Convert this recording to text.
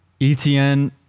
ETN